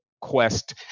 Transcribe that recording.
quest